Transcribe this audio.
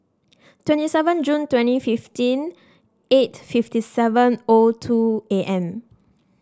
twenty seven June twenty fifteen eight fifty seven O two A M